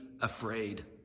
afraid